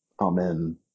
Amen